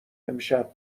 امشب